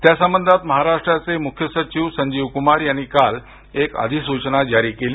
त्या संबंधात महाराष्ट्राचे मुख्य सचिव संजीव कुमार यांनी काल एक अधिसूचना जारी केली